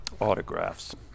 autographs